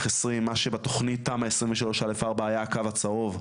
,20 מה שבתוכנית תמ"א 23/א/4 היה הקו הצהוב,